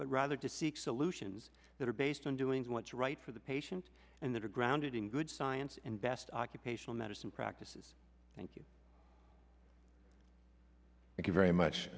rather to seek solutions that are based on doing what's right for the patient and that are grounded in good science and best occupational medicine practices thank you thank you very much